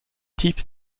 type